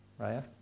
Raya